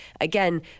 again